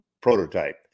prototype